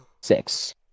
six